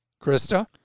Krista